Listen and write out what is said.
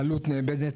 העלות נאבדת,